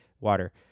Water